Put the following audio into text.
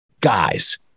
guys